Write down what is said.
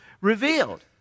revealed